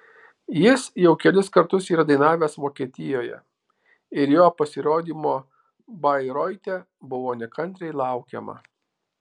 jis jau kelis kartus yra dainavęs vokietijoje ir jo pasirodymo bairoite buvo nekantriai laukiama